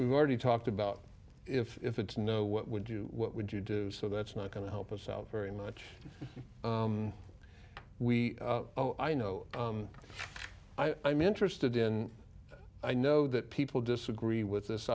we've already talked about if it's no what would you what would you do so that's not going to help us out very much we i know i'm interested in i know that people disagree with this